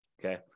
Okay